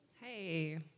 Hey